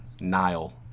Nile